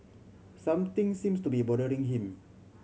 something seems to be bothering him